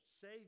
save